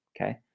Okay